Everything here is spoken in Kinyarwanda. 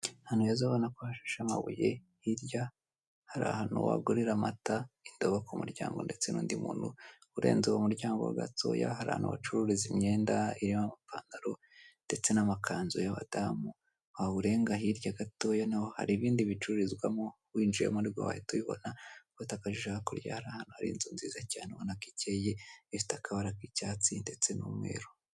Abagabo n' numudamu bicaye yambaye ijire y'umuhondo irimo akarongo k'umukara asutse ibishuko byumukara, yambaye agashanete mu ijosi, imbere yabo kumeza hari agacupa k'amazi igitabo hejuru hariho bike.